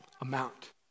amount